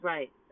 Right